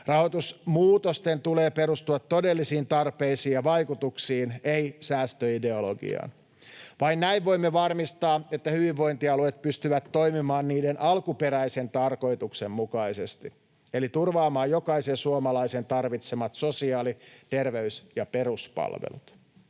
Rahoitusmuutosten tulee perustua todellisiin tarpeisiin ja vaikutuksiin, ei säästöideologiaan. Vain näin voimme varmistaa, että hyvinvointialueet pystyvät toimimaan niiden alkuperäisen tarkoituksen mukaisesti eli turvaamaan jokaisen suomalaisen tarvitsemat sosiaali‑, terveys‑ ja peruspalvelut.